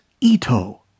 Ito